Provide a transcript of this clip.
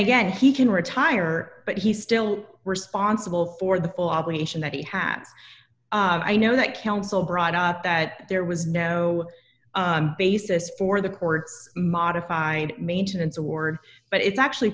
again he can retire but he's still responsible for the full obligation that he had i know that counsel brought out that there was no basis for the court's modified maintenance award but it's actually